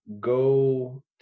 go